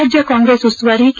ರಾಜ್ಯ ಕಾಂಗ್ರೆಸ್ ಉಸ್ತುವಾರಿ ಕೆ